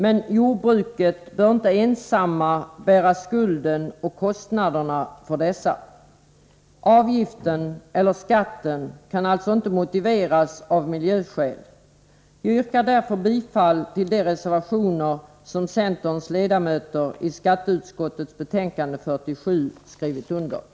Men jordbruket bör inte ensamt bära skulden och kostnaderna för dessa. Skatten kan alltså inte motiveras med miljöskäl. Jag yrkar därför bifall till de reservationer som centerns ledamöter i skatteutskottet har fogat till utskottets betänkande 47.